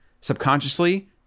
subconsciously